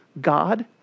God